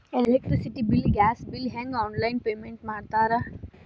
electricity bill gas bill ಹೆಂಗ online payment ಮಾಡ್ತಾರಾ